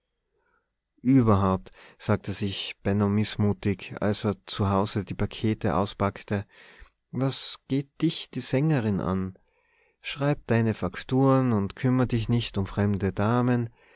überhaupt sagte sich benno mißmutig als er zu hause die pakete auspackte was geht dich die sängerin an schreib deine fakturen und kümmer dich nicht um fremde damen